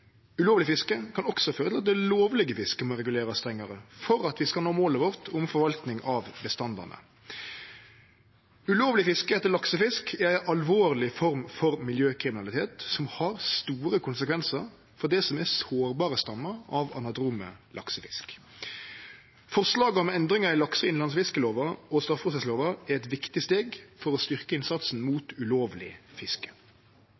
Ulovleg fiske kan også føre til at det lovlege fisket må regulerast strengare for at vi skal nå målet vårt om forvalting av bestandane. Ulovleg fiske etter laksefisk er ei alvorleg form for miljøkriminalitet som har store konsekvensar for det som er sårbare stammer av anadrom laksefisk. Forslaget om endringar i lakse- og innlandsfisklova og straffeprosesslova er eit viktig steg for å styrkje innsatsen mot ulovleg fiske.